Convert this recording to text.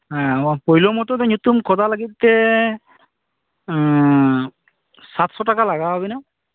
ᱦᱮᱸ ᱯᱳᱭᱞᱳ ᱢᱚᱛᱚ ᱫᱚ ᱧᱩᱛᱩᱢ ᱠᱷᱚᱫᱟ ᱞᱟᱹᱜᱤᱫᱛᱮ ᱥᱟᱛᱥᱚ ᱴᱟᱠᱟ ᱞᱟᱜᱟᱣᱵᱤᱱᱟ